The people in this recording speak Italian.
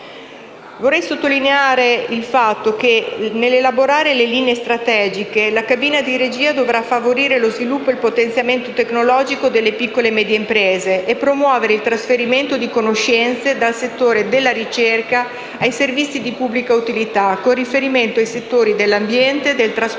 Vorrei sottolineare il fatto che, nell'elaborare le linee strategiche, la cabina di regia dovrà favorire lo sviluppo e il potenziamento tecnologico delle piccole e medie imprese e promuovere il trasferimento di conoscenze dal settore della ricerca ai servizi di pubblica utilità, con riferimento ai settori dell'ambiente, del trasporto